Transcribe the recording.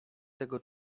tego